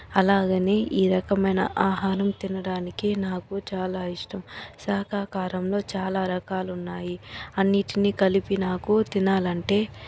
అలాగే ఈ రకమైన ఆహారం తినడానికి నాకు చాలా ఇష్టం శాఖాహారంలో చాలా రకాలు ఉన్నాయి అన్నింటినీ కలిపిన నాకు తినాలంటే